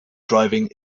driving